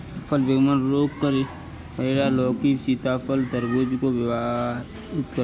फल विगलन रोग करेला, लौकी, सीताफल, तरबूज को प्रभावित करता है